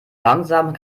langsamen